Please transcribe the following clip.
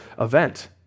event